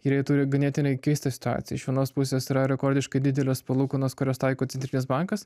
ir jie turi ganėtinai keistą situaciją iš vienos pusės yra rekordiškai didelės palūkanos kurias taiko centrinis bankas